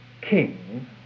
king